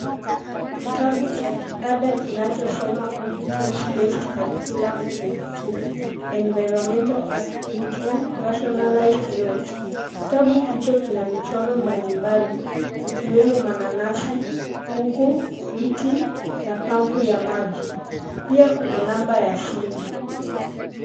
Kitabu cha kiada kinachosoma competence based curriculum grade 2 environmental activities rationalised notes kitabu hicho kina michoro mbalimbali ikiwemo mananasi, kuku, mti na pampu ya maji pia kuna namba ya simu.